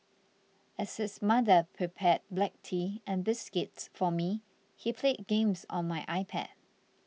as his mother prepared black tea and biscuits for me he played games on my iPad